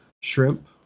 shrimp